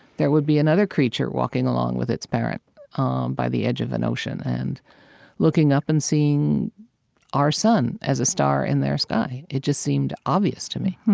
there would be another creature, walking along with its parent um by the edge of an ocean and looking up and seeing our sun as a star in their sky. it just seemed obvious to me.